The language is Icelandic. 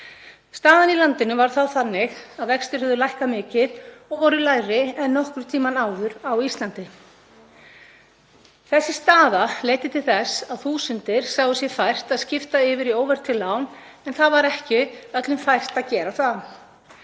Staðan í landinu var þá þannig að vextir höfðu lækkað mikið og voru lægri en nokkurn tímann áður á Íslandi. Þessi staða leiddi til þess að þúsundir sáu sér fært að skipta yfir í óverðtryggð lán en ekki var öllum fært að gera það.